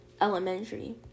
elementary